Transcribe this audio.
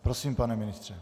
Prosím, pane ministře.